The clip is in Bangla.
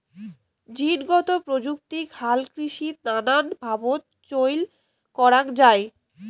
জীনগত প্রযুক্তিক হালকৃষিত নানান ভাবত চইল করাঙ যাই